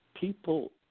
people